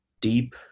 deep